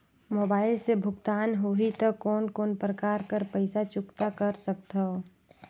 Mobile से भुगतान होहि त कोन कोन प्रकार कर पईसा चुकता कर सकथव?